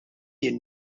jien